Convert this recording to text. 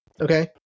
okay